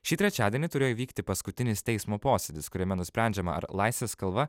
šį trečiadienį turėjo įvykti paskutinis teismo posėdis kuriame nusprendžiama ar laisvės kalva